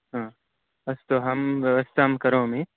हा अस्तु अहं व्यवस्थां करोमि